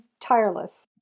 tireless